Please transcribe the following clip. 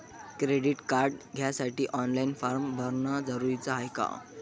Credit card घ्यासाठी online form भरन जरुरीच हाय का?